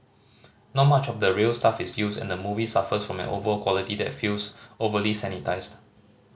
not much of the real stuff is used and the movie suffers from an overall quality that feels overly sanitised